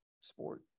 sport